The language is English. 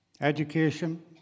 education